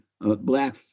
Black